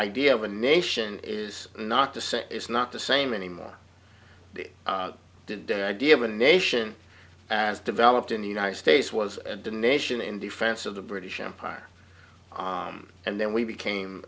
idea of a nation is not to say it's not the same anymore it did the idea of a nation as developed in the united states was a donation in defense of the british empire and then we became